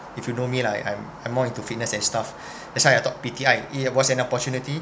if you know me lah I I'm I'm more into fitness and stuff that's why I thought P_T_I it was an opportunity